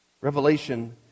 Revelation